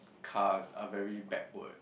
cars are very backward